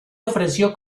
ofreció